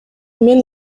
мен